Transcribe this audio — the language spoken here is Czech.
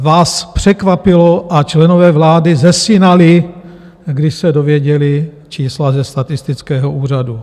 Vás překvapilo a členové vlády zesinali, když se dověděli čísla ze statistického úřadu.